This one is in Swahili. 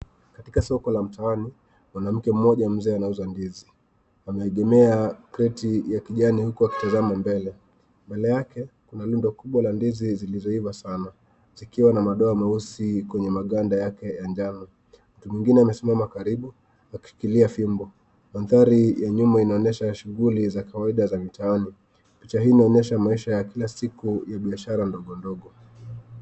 Katika soko ya mtaani mwanamke moja mzee anauza ndizi. Ameengemea kreti ya kijani huku akitazama mbele. Mbele yake kuna rundo kubwa ya ndizi zilizoiva sana, zikiwa na madoa meusi kwenye maganda yake ya jano. Mtu mwingine amesimama karibu akishikilia fimbo. Mahadhari ya nyuma inayoonyesha shunguli za kawaida za mitaani, picha hii inaonyesha maisha ya kila siku ya biashara dogo dogo.